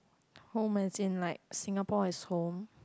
home like as in Singapore is home